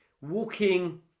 walking